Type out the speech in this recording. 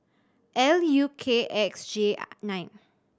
L U K X J nine